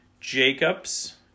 Jacobs